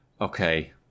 Okay